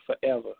forever